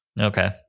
Okay